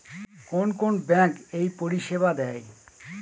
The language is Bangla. কোন কোন ব্যাঙ্ক এই পরিষেবা দেয়?